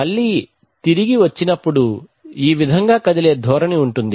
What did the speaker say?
మళ్ళీ తిరిగి వచ్చినప్పుడు ఈ విధంగా కదిలే ధోరణి ఉంటుంది